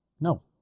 No